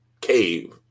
cave